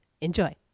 Enjoy